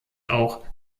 auch